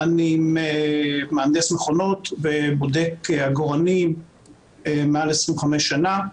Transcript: אני מהנדס מכונות ובודק עגורנים מעל 25 שנים.